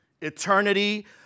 Eternity